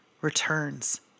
returns